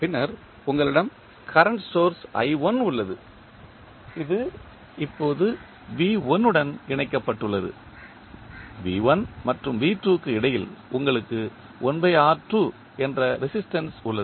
பின்னர் உங்களிடம் current source I1 உள்ளது இது இப்போது V1 உடன் இணைக்கப்பட்டுள்ளது V1 மற்றும் V2 க்கு இடையில் உங்களுக்கு 1R2 என்ற ரெசிஸ்டன்ஸ் உள்ளது